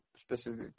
Specific